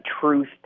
truth